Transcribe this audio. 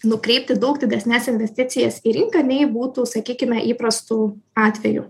nukreipti daug didesnes investicijas į rinką nei būtų sakykime įprastu atveju